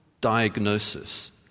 diagnosis